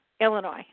Illinois